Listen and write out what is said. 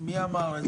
מי אמר?